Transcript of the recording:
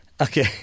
Okay